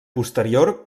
posterior